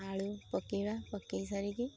ଆଳୁ ପକାଇବା ପକେଇ ସାରିକି